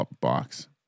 box